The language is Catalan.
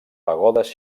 pagodes